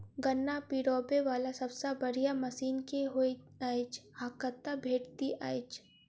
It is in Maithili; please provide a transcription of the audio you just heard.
गन्ना पिरोबै वला सबसँ बढ़िया मशीन केँ होइत अछि आ कतह भेटति अछि?